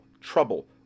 trouble